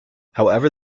however